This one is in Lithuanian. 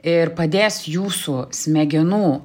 ir padės jūsų smegenų